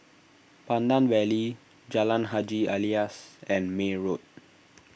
Pandan Valley Jalan Haji Alias and May Road